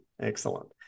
Excellent